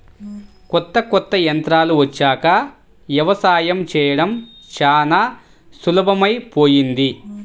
కొత్త కొత్త యంత్రాలు వచ్చాక యవసాయం చేయడం చానా సులభమైపొయ్యింది